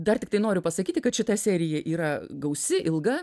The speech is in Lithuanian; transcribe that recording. dar tiktai noriu pasakyti kad šita serija yra gausi ilga